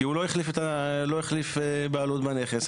כי הוא לא החליף בעלות בנכס.